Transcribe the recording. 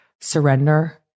surrender